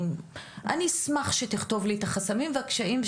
אני אשמח שתכתוב לי את החסמים ואת הקשיים,